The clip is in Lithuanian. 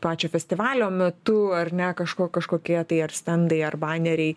pačio festivalio metu ar ne kažko kažkokie tai ar stendai ar baneriai